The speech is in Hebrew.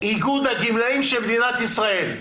איגוד הגמלאים של מדינת ישראל.